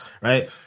right